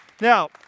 now